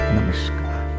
Namaskar